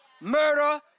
murder